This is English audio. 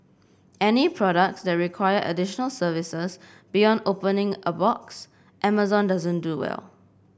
any products that require additional services beyond opening a box Amazon doesn't do well